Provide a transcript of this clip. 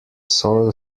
soil